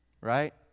Right